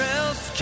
else